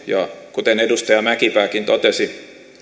kuten edustaja mäkipääkin totesi